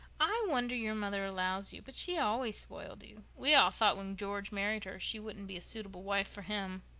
i wonder your mother allows you. but she always spoiled you. we all thought when george married her she wouldn't be a suitable wife for him.